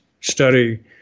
study